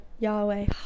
Yahweh